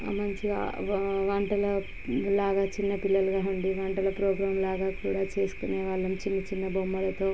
మంచిగా వంటలు లాగా చిన్నపిల్లలులాగ ఉండి వంటలు ప్రోగ్రాంలాగ కూడా చేసుకునేవాళ్ళం చిన్న చిన్న బొమ్మలతో